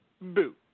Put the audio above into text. Boo